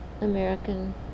American